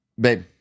babe